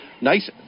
Nice